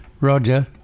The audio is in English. Roger